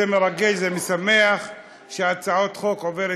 זה מרגש, זה משמח שהצעת שלך חוק עוברת.